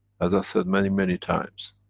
as i said many, many times,